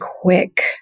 quick